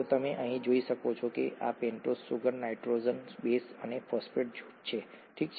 તો તમે અહીં જોઈ શકો છો કે આ પેન્ટોઝ સુગર નાઇટ્રોજનસ બેઝ અને ફોસ્ફેટ જૂથ છે ઠીક છે